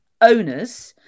owners